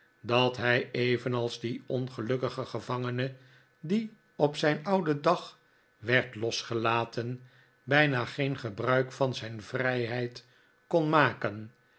dat hij evenals die pngelukkige gevangene die op zijn ouden dag werd losgelaten bijna geen gebruik van zijn vrijheid kon maken